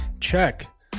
check